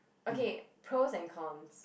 okay pros and cons